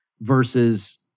versus